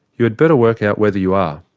you had better work out whether you are.